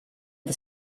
the